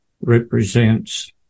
Represents